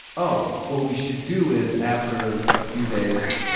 oh, what we should do is, after a few days,